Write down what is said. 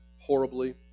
horribly